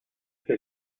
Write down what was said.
este